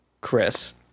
Chris